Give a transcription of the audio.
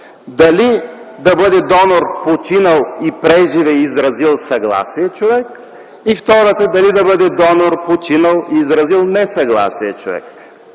дали да бъде донор починал и приживе изразил съгласие човек, и втората – дали да бъде донор починал, изразил несъгласие човек.